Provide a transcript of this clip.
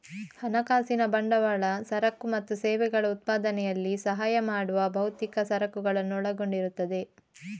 ಹಣಕಾಸಿನ ಬಂಡವಾಳ ಸರಕು ಮತ್ತು ಸೇವೆಗಳ ಉತ್ಪಾದನೆಯಲ್ಲಿ ಸಹಾಯ ಮಾಡುವ ಭೌತಿಕ ಸರಕುಗಳನ್ನು ಒಳಗೊಂಡಿರುತ್ತದೆ